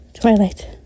Twilight